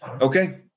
Okay